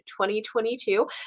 2022